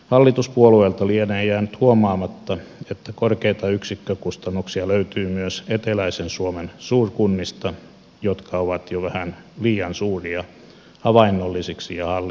hallituspuolueilta lienee jäänyt huomaamatta että korkeita yksikkökustannuksia löytyy myös eteläisen suomen suurkunnista jotka ovat jo vähän liian suuria havainnollisiksi ja hallittaviksi